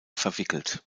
verwickelt